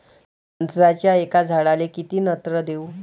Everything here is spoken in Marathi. संत्र्याच्या एका झाडाले किती नत्र देऊ?